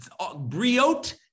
briot